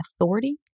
authority